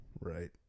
Right